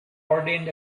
ordained